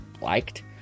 liked